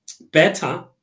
better